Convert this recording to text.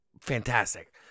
fantastic